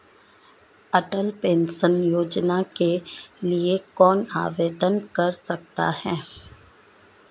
अटल pension योजना के लिए कौन आवेदन कर सकता है?